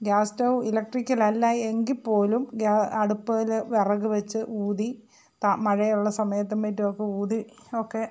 gas stove electrical അല്ല എങ്കിൽ പോലും ഗ്യാ അടുപ്പിൽ വിറക് വെച്ച് ഊതി ത മഴയുള്ള സമയത്തും മറ്റുമൊക്കെ ഊതി ഒക്കെ